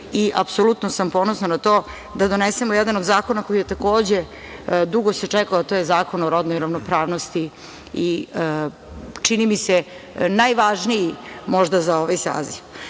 i apsolutno sam ponosna na to, da donesemo jedan od zakona koji se takođe dugo čekao, a to je Zakon o rodnoj ravnopravnosti, čini mi se možda najvažniji za ovaj saziv. Druga